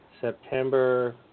September